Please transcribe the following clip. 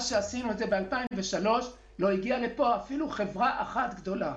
מאז שעשינו את זה ב-2003 לא הגיעה לפה אפילו חברה אחת גדולה,